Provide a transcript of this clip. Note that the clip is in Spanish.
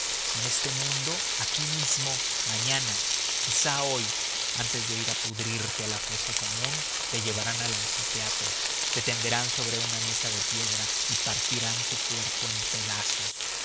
en este mundo aquí mismo mañana quizás hoy antes de ir a pudrirte a la fosa común te llevarán al anfiteatro te tenderán sobre una mesa de piedra y partirán tu cuerpo en pedazos